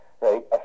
right